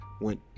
went